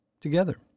Together